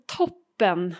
toppen